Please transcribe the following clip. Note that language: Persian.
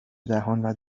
دهان